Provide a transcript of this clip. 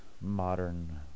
modern